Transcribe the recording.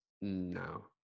No